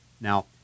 Now